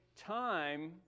time